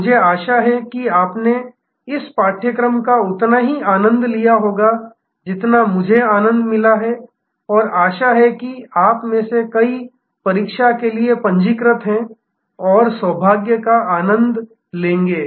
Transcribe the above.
मुझे आशा है कि आपने इस पाठ्यक्रम का उतना ही आनंद लिया होगा जितना मुझे आनंद मिला है और आशा है कि आप में से कई परीक्षा के लिए पंजीकृत हैं और सौभाग्य का आनंद लेंगे